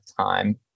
time